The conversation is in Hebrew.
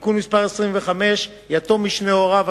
(תיקון מס' 25) (יתום משני הוריו),